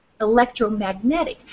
electromagnetic